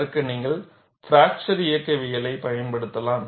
அதற்கு நீங்கள் பிராக்சர் இயக்கவியலைப் பயன்படுத்தலாம்